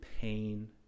pain